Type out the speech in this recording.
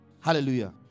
Hallelujah